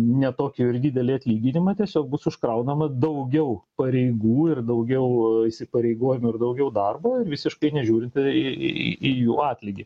ne tokį didelį atlyginimą tiesiog bus užkraunama daugiau pareigų ir daugiau įsipareigojimų ir daugiau darbo ir visiškai nežiūrint į jų atlygį